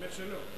האמת שלו.